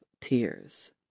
Tears